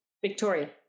Victoria